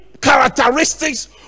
characteristics